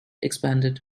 expanded